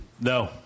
No